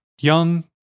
Young